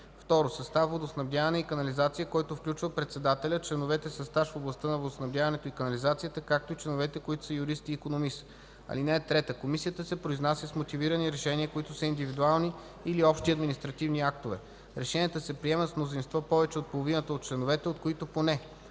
2. състав „Водоснабдяване и канализация”, който включва председателя, членовете със стаж в областта на водоснабдяването и канализацията, както и членовете, които са юрист и икономист. (3) Комисията се произнася с мотивирани решения, които са индивидуални или общи административни актове. Решенията се приемат с мнозинство повече от половината от членовете, от които поне: